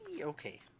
Okay